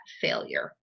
failure